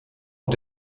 und